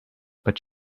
but